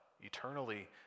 eternally